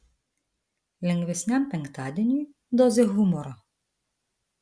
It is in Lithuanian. lengvesniam penktadieniui dozė humoro